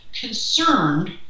concerned